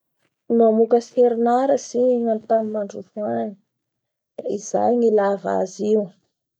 Mamokatsy herinaratsy i amin'ny tany mandroso agny, izay ny ilaiva azy io.